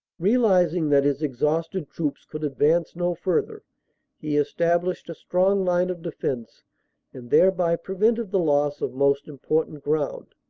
realising that his exhausted troops could advance no further he established a strong line of defense and thereby prevented the loss of most important ground.